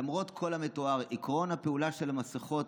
למרות כל המתואר, עקרון הפעולה של המסכות,